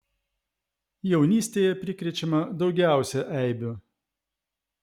jaunystėje prikrečiama daugiausiai eibių